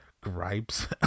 gripes